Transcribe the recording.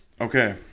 Okay